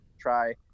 try